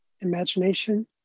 imagination